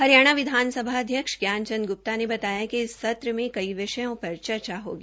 हरियाणा विधानसभा अध्यक्ष ज्ञान चंद ग्प्ता ने बतायाकि इस सत्र मे कई विषयों पर चर्चा होगी